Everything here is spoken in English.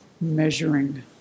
measuring